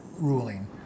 ruling